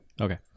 Okay